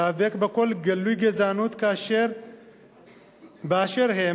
להיאבק בכל גילויי הגזענות באשר הם.